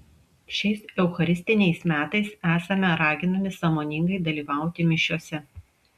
šiais eucharistiniais metais esame raginami sąmoningai dalyvauti mišiose